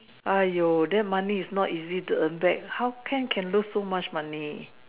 !aiyo! that money is not easy to earn back how can can lose so much money